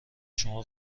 شما